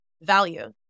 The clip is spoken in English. value